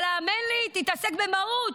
אבל האמן לי, תתעסק במהות.